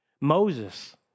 Moses